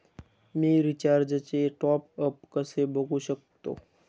मी रिचार्जचे टॉपअप कसे बघू शकतो?